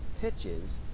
pitches